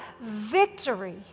victory